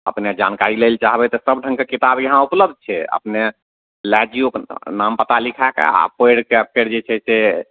अपने जानकारी लै लए चाहबय तऽ सब ढङ्गके किताब यहाँ उपलब्ध छै अपने लए जइयौ नाम पता लिखा कऽ आओर पढ़ि कऽ फेर जे छै से